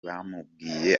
bamubwiye